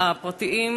הפרטיים,